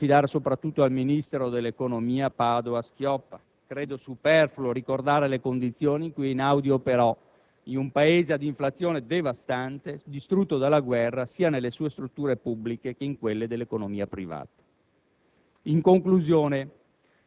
Naturalmente è un pensiero che voglio affidare soprattutto al ministro dell'economia Padoa-Schioppa. Credo superfluo ricordare le condizioni in cui Einaudi operò, in un Paese ad inflazione devastante, distrutto dalla guerra, sia nelle sue strutture pubbliche che in quelle dell'economia privata.